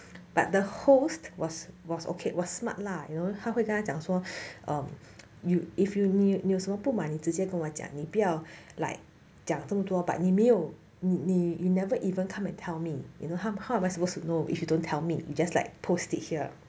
but the host was was okay was smart lah you know 他会跟他讲说 err you if you 你有什么不满你就直接跟我讲你不要 like 讲这么多 but 你没有你 you never even come and tell me you know how am I supposed to know if you don't tell me if you just post it here